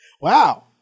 Wow